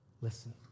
listen